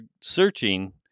searching